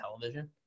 television